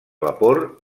vapor